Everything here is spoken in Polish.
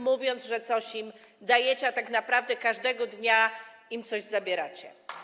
mówiąc, że coś im dajecie, a tak naprawdę każdego dnia im coś zabieracie.